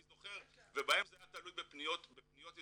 זוכר ובהם זה היה תלוי בפניות יזומות.